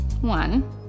One